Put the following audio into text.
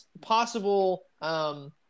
possible, –